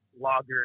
logger